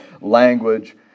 language